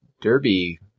derby